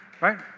Right